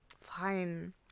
fine